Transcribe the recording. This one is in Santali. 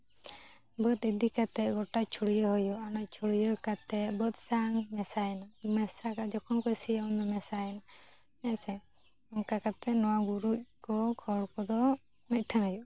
ᱵᱟᱹᱫᱽ ᱤᱫᱤ ᱠᱟᱛᱮ ᱜᱚᱴᱟ ᱪᱷᱩᱲᱭᱟᱣ ᱦᱩᱭᱩᱜᱼᱟ ᱚᱱᱟ ᱪᱷᱩᱲᱭᱟᱹᱣ ᱠᱟᱛᱮ ᱵᱟᱹᱫᱽ ᱥᱟᱶ ᱢᱮᱥᱟᱭᱮᱱᱟ ᱢᱮᱥᱟ ᱡᱚᱠᱷᱚᱱ ᱠᱚ ᱥᱤᱭᱟ ᱩᱱᱫᱚ ᱢᱮᱥᱟᱭᱮᱱᱟ ᱦᱮᱸᱥᱮ ᱚᱱᱠᱟ ᱠᱟᱛᱮ ᱱᱚᱣᱟ ᱜᱩᱨᱤᱡ ᱠᱚ ᱠᱷᱚᱲ ᱠᱚᱫᱚ ᱢᱤᱫᱴᱷᱮᱱ ᱦᱩᱭᱩᱜᱼᱟ